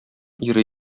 ире